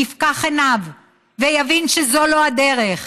יפקח עיניו ויבין שזו לא הדרך,